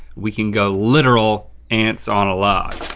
we can go literal ants on a log.